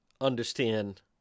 understand